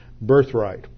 birthright